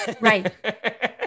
Right